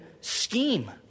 scheme